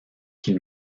qu’il